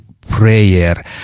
Prayer